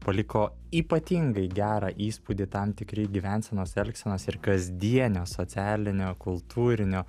paliko ypatingai gerą įspūdį tam tikri gyvensenos elgsenos ir kasdienio socialinio kultūrinio